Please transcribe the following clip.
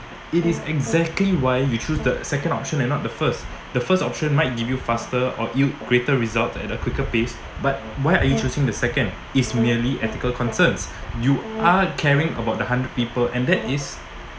it is exactly why we chose the second option and not the first the first option might give you faster or eve~ greater results at a quicker pace but why are you choosing the second is merely ethical concerns you are caring about the hundred people and that is